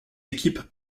équipes